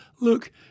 look